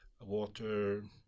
water